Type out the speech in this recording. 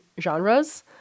genres